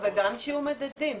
וגם שיהיו מדדים,